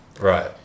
Right